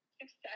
success